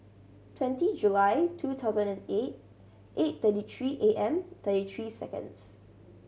twenty July two thousand and eight eight thirty three A M thirty three seconds